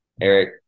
Eric